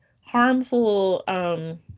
harmful